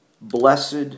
Blessed